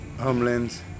homelands